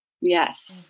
Yes